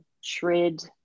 shred